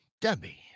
Debbie